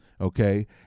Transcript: Okay